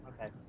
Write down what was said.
Okay